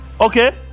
Okay